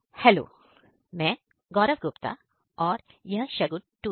hello मैं गौरव गुप्ता और यह शगुन टूडू